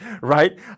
right